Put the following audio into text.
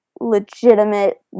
legitimate